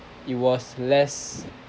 it was less